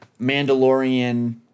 Mandalorian